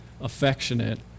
affectionate